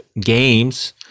games